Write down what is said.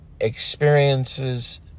experiences